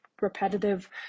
repetitive